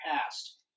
Past